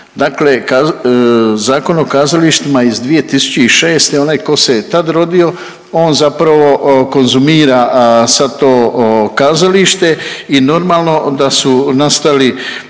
Dakle, Zakon o kazalištima iz 2006. onaj tko se je tad rodio on zapravo konzumira sad to kazalište i normalno da su nastali